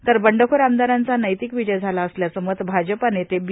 तर बंडखोर आमदारांचा नैतिक विजय झाला असल्याचं मत भाजप नेते बी